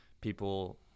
people